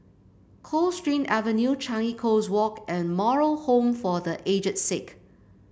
Coldstream Avenue Changi Coast Walk and Moral Home for The Aged Sick